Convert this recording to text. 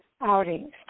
outings